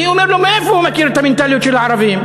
אני אומר לו: מאיפה הוא מכיר את המנטליות של הערבים?